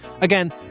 Again